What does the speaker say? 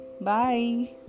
Bye